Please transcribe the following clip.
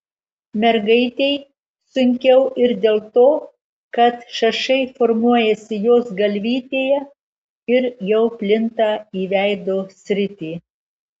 mergaitei sunkiau ir dėl to kad šašai formuojasi jos galvytėje ir jau plinta į veido sritį